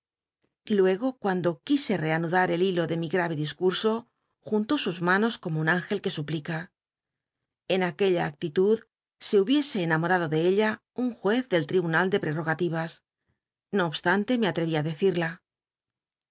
luego cuando qu ise reanudar el hilo de mi gnllc discurso juntó sus manos como un tngcl que suplica en aquella actitud se hubiese enamorado de ella un juez del tribunal de prerogatiras no obstante me atreví á decirla